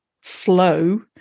flow